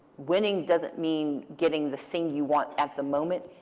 winning doesn't mean getting the thing you want at the moment.